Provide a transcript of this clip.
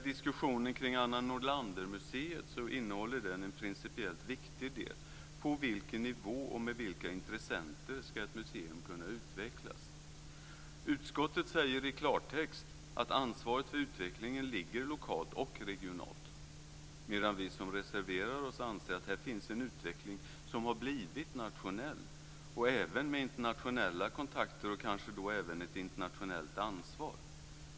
Diskussionen kring Museum Anna Nordlander innehåller en principiellt viktig del: På vilken nivå och med vilka intressenter ska ett museum kunna utvecklas? Utskottet säger i klartext att ansvaret för utvecklingen ligger lokalt och regionalt, medan vi som reserverar oss anser att här finns en utveckling som har blivit nationell, även med internationella kontakter och kanske även ett internationellt ansvar.